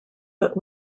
but